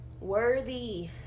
worthy